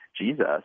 Jesus